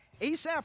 ASAP